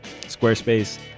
Squarespace